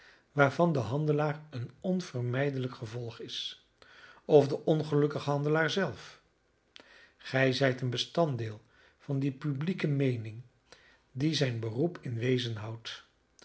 waarvan de handelaar een onvermijdelijk gevolg is of de ongelukkige handelaar zelf gij zijt een bestanddeel van die publieke meening die zijn beroep in wezen houdt